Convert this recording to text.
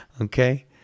Okay